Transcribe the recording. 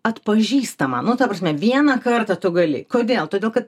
atpažįstama nu ta prasme vieną kartą tu gali kodėl todėl kad